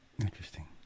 Interesting